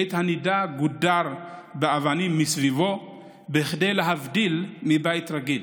בית הנידה גודר באבנים מסביבו כדי להבדילו מבית רגיל,